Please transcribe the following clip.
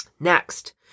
Next